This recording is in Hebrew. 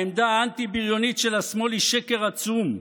העמדה האנטי-בריונית של השמאל היא שקר עצום,